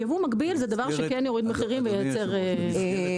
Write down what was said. ייבוא מקביל זה דבר שכן יוריד מחירים וייצר הוזלות.